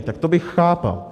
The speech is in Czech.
Tak to bych chápal.